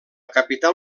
capital